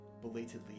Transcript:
Belatedly